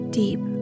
deep